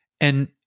And-